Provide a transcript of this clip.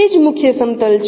તે જ મુખ્ય સમતલ છે